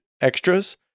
extras